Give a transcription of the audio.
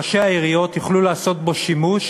ראשי העיריות יוכלו לעשות בו שימוש